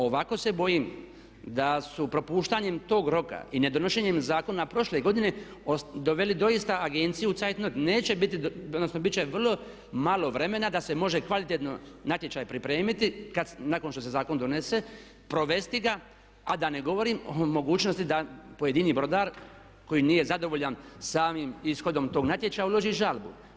Ovako se bojim da su propuštanjem tog roka i ne donošenjem zakona prošle godine doveli doista agenciju u … neće biti, odnosno biti će vrlo malo vremena da se može kvalitetno natječaj pripremiti kad nakon što se zakon donese, provesti ga a da ne govorim o mogućnosti da pojedini brodar koji nije zadovoljan samim ishodom tog natječaja uloži žalbu.